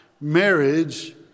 marriage